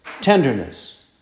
tenderness